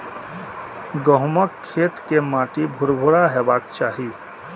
गहूमक खेत के माटि भुरभुरा हेबाक चाही